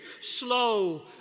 slow